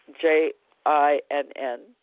J-I-N-N